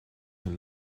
een